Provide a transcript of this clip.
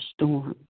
Storm